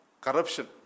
corruption